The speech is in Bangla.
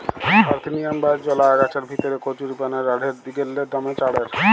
পার্থেনিয়াম বা জলা আগাছার ভিতরে কচুরিপানা বাঢ়্যের দিগেল্লে দমে চাঁড়ের